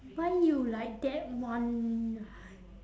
why you like that [one]